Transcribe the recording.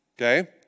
Okay